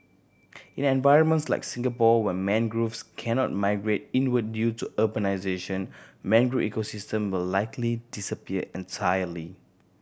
in environments like Singapore where mangroves cannot migrate inward due to urbanisation mangrove ecosystem will likely disappear entirely